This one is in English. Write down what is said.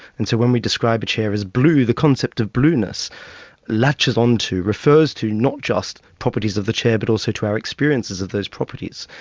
and so when we describe a chair as blue, the concept of blueness latches on to, refers to not just properties of the chair but also to our experiences of those properties.